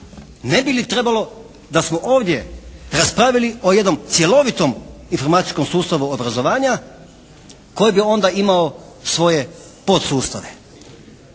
Ne bi li trebalo da smo ovdje raspravili o jednom cjelovitom informacijskom sustavu obrazovanja koji bi onda imao svoje podsustave.